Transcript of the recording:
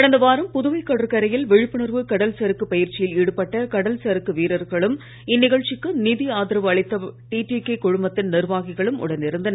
கடந்த வாரம் புதுவை கடற்கரையில் விழிப்புணர்வு கடல் சறுக்குப் பயிற்சியில் ஈடுபட்ட கடல் சறுக்கு வீரர்களும் இந்நிகழ்ச்சிக்கு நிதி ஆதரவு அளித்த டிடிகே குழுமத்தின் நிர்வாகிகளும் உடன் இருந்தனர்